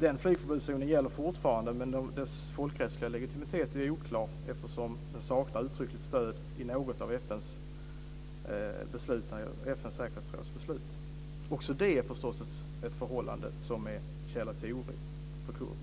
Den flygförbudszonen gäller fortfarande, men dess folkrättsliga legitimitet är oklar, eftersom den saknar uttryckligt stöd i något av FN:s säkerhetsråds beslut. Också det är förstås ett förhållande som är en källa till oro för kurderna.